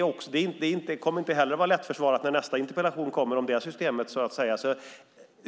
högre betyg. Det kommer inte heller att vara lättförsvarat när det kommer interpellationer om det systemet.